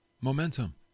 momentum